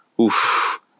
oof